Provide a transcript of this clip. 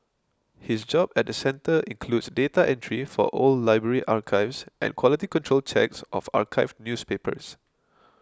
his job at the centre includes data entry for old library archives and quality control checks of archived newspapers